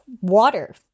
water